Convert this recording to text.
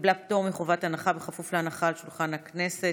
קיבלה פטור מחובת הנחה בכפוף להנחה על שולחן הכנסת.